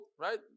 right